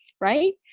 right